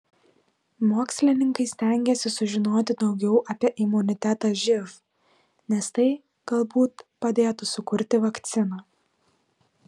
mokslininkai stengiasi sužinoti daugiau apie imunitetą živ nes tai galbūt padėtų sukurti vakciną